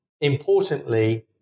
importantly